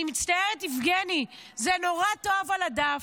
אני מצטערת, יבגני, זה נורא טוב על הדף.